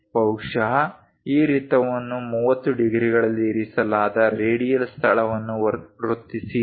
ಬಹುಶಃ ಈ ವೃತ್ತವನ್ನು 30 ಡಿಗ್ರಿಗಳಲ್ಲಿ ಇರಿಸಲಾದ ರೇಡಿಯಲ್ ಸ್ಥಳವನ್ನು ವೃತ್ತಿಸಿ